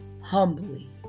humbly